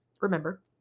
remember